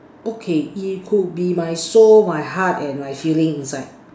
okay it could be my soul my heart my feeling inside